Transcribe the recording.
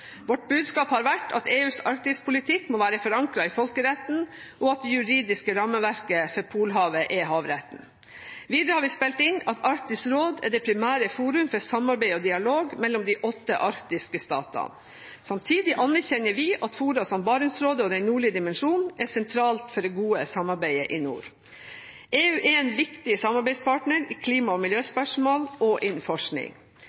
Vårt budskap har vært at EUs arktispolitikk må være forankret i folkeretten, og at det juridiske rammeverket for Polhavet er havretten. Videre har vi spilt inn at Arktisk råd er det primære forum for samarbeid og dialog mellom de åtte arktiske statene. Samtidig anerkjenner vi at fora som Barentsrådet og Den nordlige dimensjon er sentrale for det gode samarbeidet i nord. EU er en viktig samarbeidspartner i klima- og